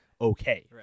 okay